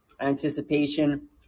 anticipation